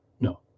no